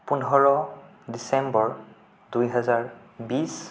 পোন্ধৰ ডিচেম্বৰ দুই হেজাৰ বিশ